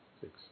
six